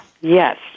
Yes